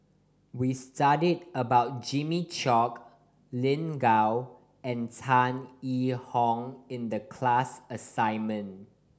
we studied about Jimmy Chok Lin Gao and Tan Yee Hong in the class assignment